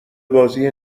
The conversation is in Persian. بازی